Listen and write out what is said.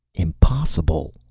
impossible!